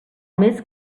més